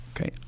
Okay